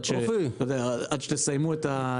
עד שתסיימו את ה